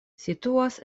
situas